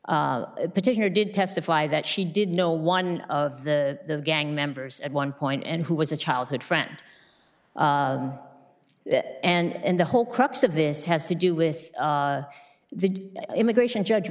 r particular did testify that she did know one of the gang members at one point and who was a childhood friend and the whole crux of this has to do with the immigration judge